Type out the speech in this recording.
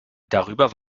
darüber